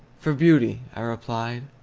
for beauty, i replied.